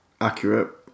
accurate